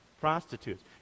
prostitutes